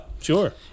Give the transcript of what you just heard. sure